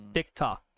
TikTok